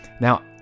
now